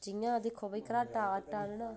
जि'यां दिक्खो कि भाई घराटे दा आटा आनना